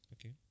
Okay